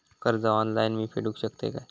कर्ज ऑनलाइन मी फेडूक शकतय काय?